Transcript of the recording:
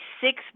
six